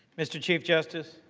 mr. chief justice.